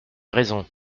raison